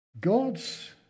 God's